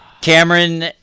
Cameron